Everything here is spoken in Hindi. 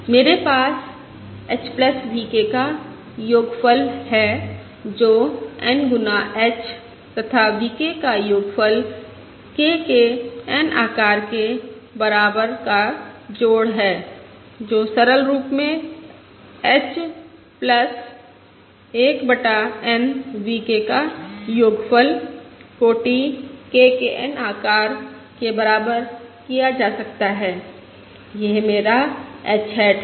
मेरे पास h V k का योगफल है जो N गुना h तथा v k का योगफल k के N आकार के बराबर का जोड़ है जो सरल रूप में h 1 बटा N v k का योगफल कोटि k के N आकार के बराबर किया जा सकता है यह मेरा h हैट है